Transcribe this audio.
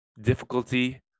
difficulty